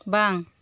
ᱵᱟᱝ